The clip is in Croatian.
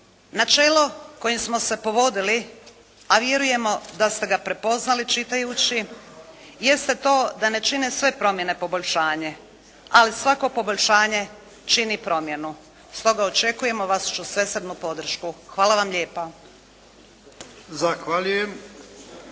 Načelo kojim smo se povodili, a vjerujemo da ste ga prepoznali čitajući, jeste to da ne čine sve promjene poboljšanje, ali svako poboljšanje čini promjenu. Stoga očekujemo vašu svesrdnu podršku. Hvala vama lijepa.